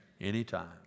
Anytime